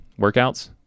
workouts